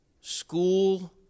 School